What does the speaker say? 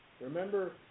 Remember